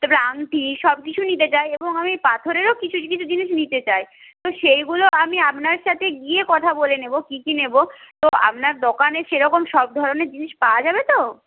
তারপরে আংটি সবকিছুই নিতে চাই এবং আমি পাথরেরও কিছু জিনিস নিতে চাই তো সেইগুলো আমি আপনার সাথে গিয়ে কথা বলে নেব কী কী নেব তো আপনার দোকানে সেরকম সব ধরনের জিনিস পাওয়া যাবে তো